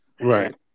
right